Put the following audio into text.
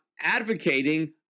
advocating